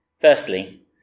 Firstly